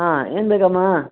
ಹಾಂ ಏನು ಬೇಕಮ್ಮ